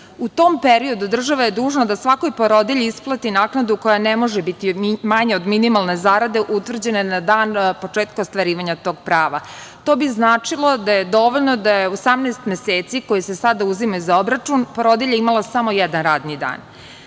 U tom periodu država je dužna da svakoj porodilji isplati naknadu koja ne može biti manja od minimalne zarade utvrđena je na dan početka ostvarivanja tog prava. To bi značilo da je dovoljno da je u 18 meseci koji se sada uzima za obračun porodilja imala samo jedan radni dan.